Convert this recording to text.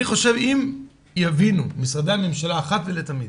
אם יבינו משרדי הממשלה אחת ולתמיד